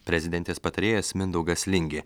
prezidentės patarėjas mindaugas lingė